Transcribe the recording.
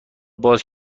باز